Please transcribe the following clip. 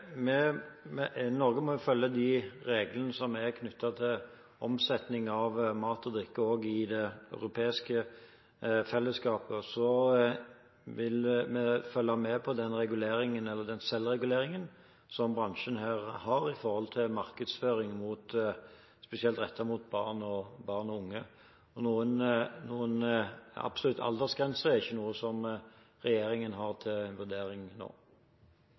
Norge må jo også følge de reglene som er knyttet til omsetning av mat og drikke i Det europeiske fellesskapet. Så vil vi følge med på den reguleringen, den selvreguleringen, som bransjen her har knyttet til markedsføring spesielt rettet mot barn og unge. En absolutt aldersgrense er ikke noe som regjeringen har til vurdering nå.